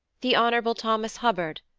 the hon. thomas hubbard,